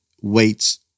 weights